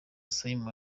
simon